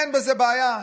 אין בזה בעיה.